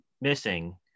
missing